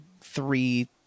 three